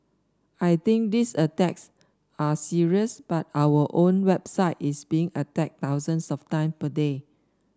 I think these attacks are serious but our own website is being attacked thousands of time per day